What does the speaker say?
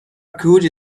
code